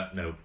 no